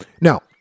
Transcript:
Now